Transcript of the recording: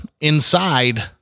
inside